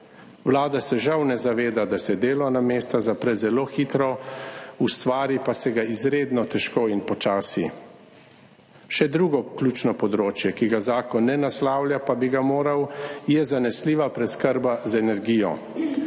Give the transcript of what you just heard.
Vlada se žal ne zaveda, da se delovna mesta zaprejo zelo hitro, ustvarijo pa se ga izredno težko in počasi. Še drugo ključno področje, ki ga zakon ne naslavlja, pa bi ga moral, je zanesljiva preskrba z energijo.